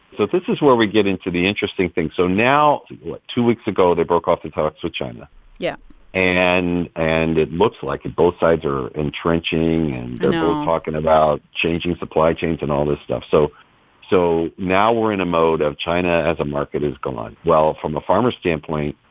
but this is where we get into the interesting thing. so now what? two weeks ago they broke off the talks with china yeah and and it looks like both sides are entrenching. i know. and talking about changing supply chains and all this stuff. so so now we're in a mode of china as a market is gone. well, from a farmer standpoint,